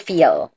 Feel